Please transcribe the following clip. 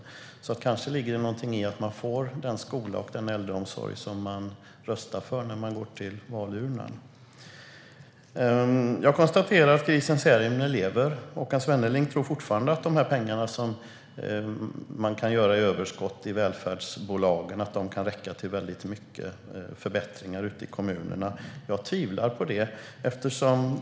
Det ligger kanske någonting i att man får den skola och den äldreomsorg som man röstar för när man går till valurnorna. Jag konstaterar att grisen Särimner lever. Håkan Svenneling tror fortfarande att de överskott som man kan göra i välfärdsbolagen kan räcka till väldigt mycket förbättringar i kommunerna. Jag tvivlar på det.